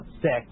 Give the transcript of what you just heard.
six